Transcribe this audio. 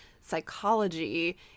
psychology